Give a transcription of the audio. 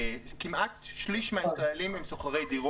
כמעט שליש מהישראלים הם שוכרי דירות